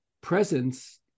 presence